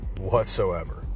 whatsoever